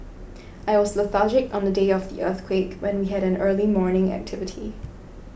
I was lethargic on the day of the earthquake when we had an early morning activity